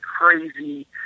crazy